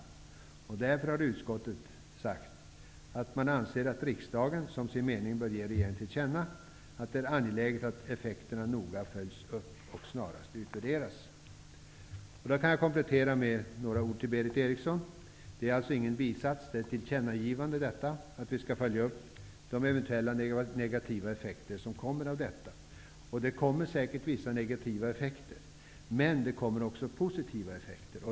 Därför har utskottet sagt att man anser att riksdagen som sin mening bör ge regeringen till känna att det är angeläget att effekterna noga följs upp och snarast utvärderas. Jag vill även komplettera mitt anförande med några ord till Berith Eriksson. Att man skall följa upp de eventuella negativa effekterna har således inte uttryckts i en bisats, utan det är ett tillkännagivande. Det kommer säkert att uppstå vissa negativa effekter, men även positiva effekter.